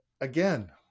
again